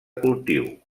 cultiu